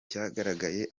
cyagaragaye